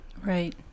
Right